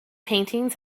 paintings